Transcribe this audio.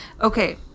okay